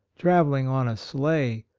travelling on a sleigh,